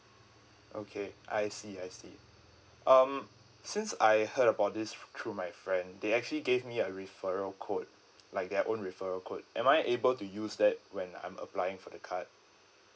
okay I see I see um since I heard about this thr~ through my friend they actually gave me a referral code like their own referral code am I able to use that when I'm applying for the card